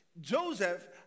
Joseph